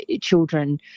children